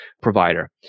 provider